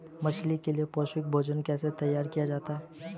मछली के लिए पौष्टिक भोजन कैसे तैयार किया जाता है?